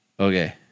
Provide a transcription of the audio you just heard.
Okay